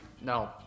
No